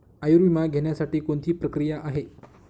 आयुर्विमा घेण्यासाठी कोणती प्रक्रिया आहे?